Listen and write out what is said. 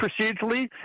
procedurally